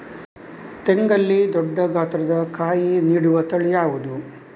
ತೆಂಗಲ್ಲಿ ದೊಡ್ಡ ಗಾತ್ರದ ಕಾಯಿ ನೀಡುವ ತಳಿ ಯಾವುದು?